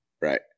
right